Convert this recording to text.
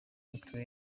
mituweri